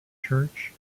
church